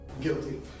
Guilty